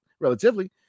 relatively